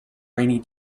rainy